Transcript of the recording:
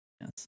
Yes